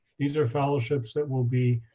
these are fellowships that will be